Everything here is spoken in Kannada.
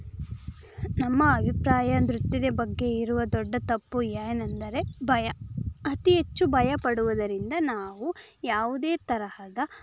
ನಮ್ಮ ಅಭಿಪ್ರಾಯ ನೃತ್ಯದ ಬಗ್ಗೆ ಇರುವ ದೊಡ್ಡ ತಪ್ಪು ಏನಂದರೆ ಭಯ ಅತಿ ಹೆಚ್ಚು ಭಯ ಪಡುವುದರಿಂದ ನಾವು ಯಾವುದೇ ತರಹದ